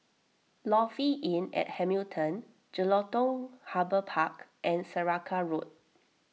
Lofi Inn at Hamilton Jelutung Harbour Park and Saraca Road